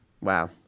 Wow